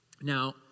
Now